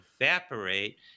evaporate